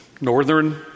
northern